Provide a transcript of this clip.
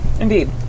Indeed